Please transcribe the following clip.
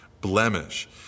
blemish